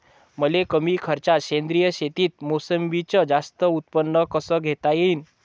मले कमी खर्चात सेंद्रीय शेतीत मोसंबीचं जास्त उत्पन्न कस घेता येईन?